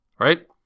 right